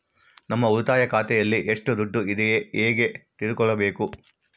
ನಮ್ಮ ಉಳಿತಾಯ ಖಾತೆಯಲ್ಲಿ ಎಷ್ಟು ದುಡ್ಡು ಇದೆ ಹೇಗೆ ತಿಳಿದುಕೊಳ್ಳಬೇಕು?